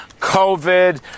COVID